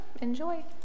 enjoy